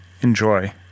Enjoy